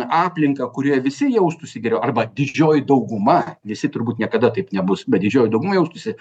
aplinką kurioje visi jaustųsi geriau arba didžioji dauguma visi turbūt niekada taip nebus bet didžioji dauguma jaustųsi